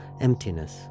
emptiness